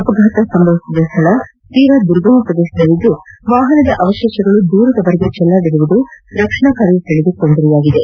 ಅಪಘಾತ ಸಂಭವಿಸಿರುವ ಸ್ಥಳ ತೀರ ದುರ್ಗಮ ಪ್ರದೇಶದಲ್ಲಿದ್ದು ವಾಹನದ ಅವಶೇಷಗಳು ದೂರದವರೆಗೆ ಚೆಲ್ಲಾಡಿರುವುದು ರಕ್ಷಣಾ ಕಾರ್ಯಾಚರಣೆಗೆ ತೊಂದರೆಯಾಗಿದೆ